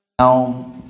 Now